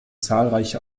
zahlreiche